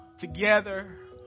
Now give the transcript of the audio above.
together